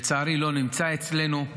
לצערי לא נמצא אצלנו.